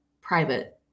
private